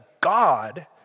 God